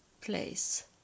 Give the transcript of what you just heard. place